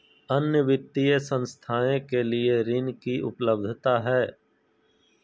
अन्य वित्तीय संस्थाएं के लिए ऋण की उपलब्धता है?